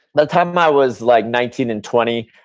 that time i was like nineteen and twenty.